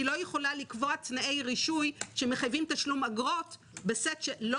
אני לא יכולה לקבוע תנאי רישוי שמחייבים תשלום אגרות בסט שלא